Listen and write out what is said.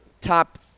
top